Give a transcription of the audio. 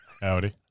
Howdy